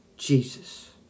Jesus